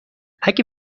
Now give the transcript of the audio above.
اگه